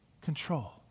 Control